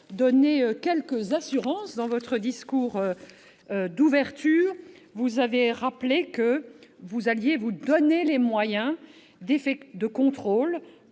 donné quelques assurances dans votre discours liminaire. Vous avez affirmé que vous alliez vous donner les moyens de contrôler